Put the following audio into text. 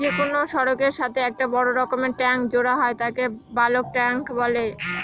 যে কোনো সড়কের সাথে একটা বড় রকমের ট্যাংক জোড়া হয় তাকে বালক ট্যাঁক বলে